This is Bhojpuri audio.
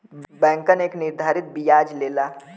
बैंकन एक निर्धारित बियाज लेला